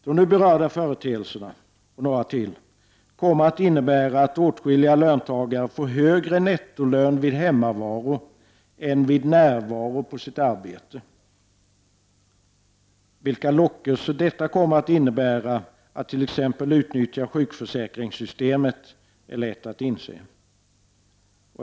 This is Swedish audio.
De nu berörda företeelserna, och några till, kommer att innebära att åtskilliga löntagare får högre nettolön vid hemmavaro än vid närvaro på sitt arbete. Vilka lockelser detta kommer att innebära att t.ex. utnyttja sjukförsäkringssystemet är lätt att inse.